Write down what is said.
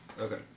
Okay